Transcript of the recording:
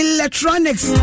Electronics